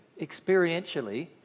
experientially